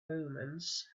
omens